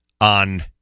on